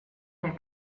der